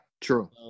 true